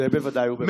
זה בוודאי ובוודאי.